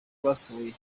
basohoye